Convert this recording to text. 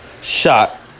shot